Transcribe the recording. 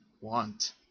want